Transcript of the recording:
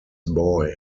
boy